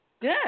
Good